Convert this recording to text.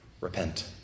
Repent